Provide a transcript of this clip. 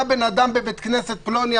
היה בן אדם בבית כנסת פלוני,